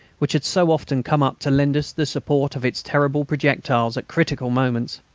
which had so often come up to lend us the support of its terrible projectiles at critical moments!